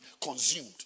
consumed